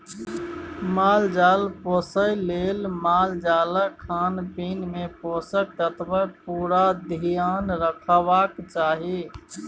माल जाल पोसय लेल मालजालक खानपीन मे पोषक तत्वक पुरा धेआन रखबाक चाही